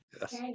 Yes